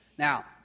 Now